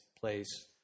place